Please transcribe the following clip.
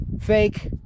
Fake